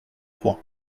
trois